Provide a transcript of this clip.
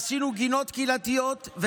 עשינו גינות קהילתיות.